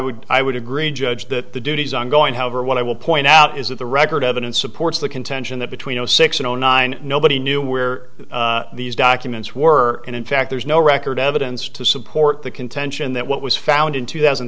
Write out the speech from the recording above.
would i would agree judge that the duties ongoing however what i will point out is that the record evidence supports the contention that between zero six and zero nine nobody knew where these documents were and in fact there's no record evidence to support the contention that what was found in two thousand